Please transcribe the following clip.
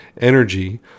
energy